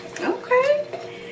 Okay